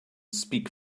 speak